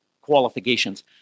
qualifications